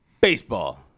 baseball